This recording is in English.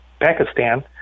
Pakistan